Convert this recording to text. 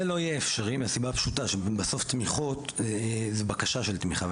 זה לא יהיה אפשרי מהסיבה הפשוטה שבסוף תמיכות זה בקשה של תמיכה,